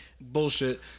bullshit